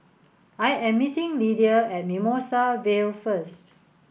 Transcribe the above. I am meeting Lidia at Mimosa Vale first